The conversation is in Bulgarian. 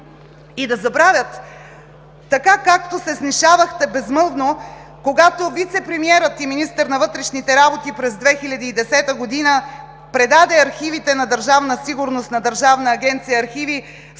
и да забравят, така както се снишавахте безмълвно, когато вицепремиерът и министър на вътрешните работи през 2010 г. предаде архивите на Държавна сигурност на Държавна агенция „Архиви”,